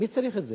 מי צריך את זה?